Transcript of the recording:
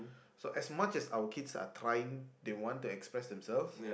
so as much as our kids are trying they want to express themselves